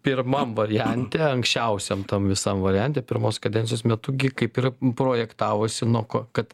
pirmam variante anksčiausiam tam visam variante pirmos kadencijos metu gi kaip ir projektavosi nuo ko kad